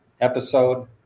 episode